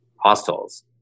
hostels